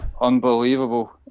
unbelievable